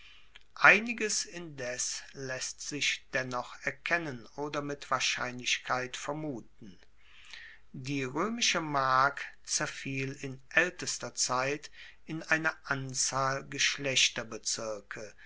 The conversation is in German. einiges indes laesst sich dennoch erkennen oder mit wahrscheinlichkeit vermuten die roemische mark zerfiel in aeltester zeit in eine anzahl